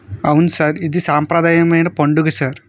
అవును సార్ ఇది సాంప్రదాయమైన పండుగ సార్